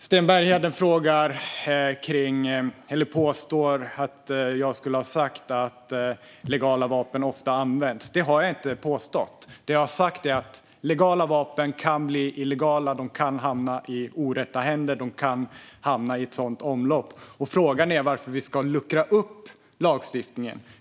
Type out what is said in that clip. Sten Bergheden påstår att jag skulle ha sagt att legala vapen ofta används. Det har jag inte gjort. Det jag har sagt är att legala vapen kan bli illegala. De kan hamna i orätta händer. De kan hamna i ett sådant omlopp. Frågan är varför vi ska luckra upp lagstiftningen.